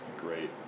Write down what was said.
great